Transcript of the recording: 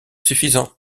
suffisant